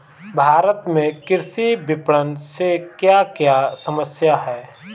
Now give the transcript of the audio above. भारत में कृषि विपणन से क्या क्या समस्या हैं?